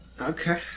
Okay